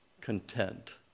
content